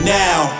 now